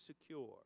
secure